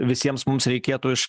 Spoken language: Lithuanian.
visiems mums reikėtų iš